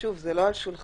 ששוב זה לא על שולחננו,